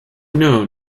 known